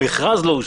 המכרז לא יצא.